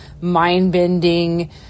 mind-bending